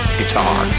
guitar